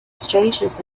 strangeness